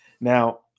Now